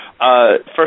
first